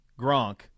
Gronk